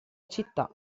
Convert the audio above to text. città